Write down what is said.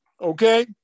okay